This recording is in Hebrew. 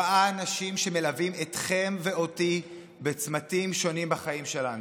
ראה אנשים שמלווים אתכם ואותי בצמתים שונים בחיים שלנו.